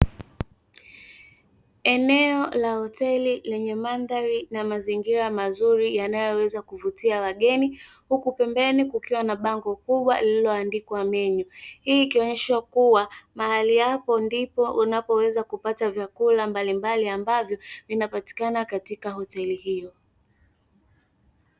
Eneo la hoteli lenye mandhari na mazingira mazuri, yanayo weza kuvutia wageni. Huku pembeni kukiwa na bango kubwa, lililo andikwa menu, hii ikionesha kuwa mahali hapo ndipo unapoweza kupata vyakula mbalimbali, ambavyo vinapatikana katika hoteli hiyo.